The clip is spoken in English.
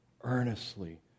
earnestly